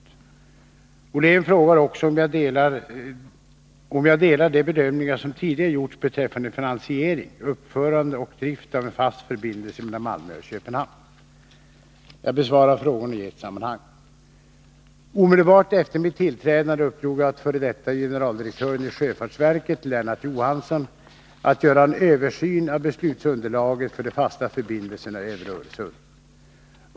Herr Ollén frågar också om jag delar de bedömningar som tidigare gjorts beträffande finansiering, uppförande och drift av en fast förbindelse mellan Malmö och Köpenhamn. Jag besvarar frågorna i ett sammanhang. Omedelbart efter mitt tillträdande uppdrog jag åt f. d. generaldirektören i sjöfartsverket, Lennart Johansson, att göra en översyn av beslutsunderlaget för de fasta förbindelserna över Öresund.